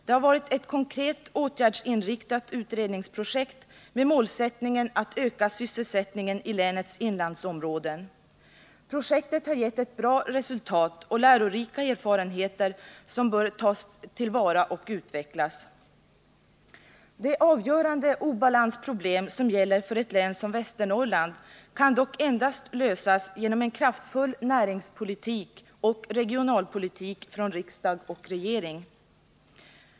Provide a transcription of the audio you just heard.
Det har varit ett konkret åtgärdsinriktat utredningsprojekt med målsättningen att öka sysselsättningen i länets inlandsområden. Projektet har gett ett bra resultat och lärorika erfarenheter som bör tas till vara och utvecklas. De avgörande obalansproblem som gäller för ett län som Västernorrland kan dock endast lösas genom en kraftfull näringspolitik och regionalpolitik från riksdag och regering.